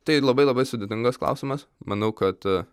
tai labai labai sudėtingas klausimas manau kad a